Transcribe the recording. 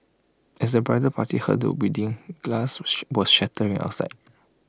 as the bridal party huddled within glass was shattering outside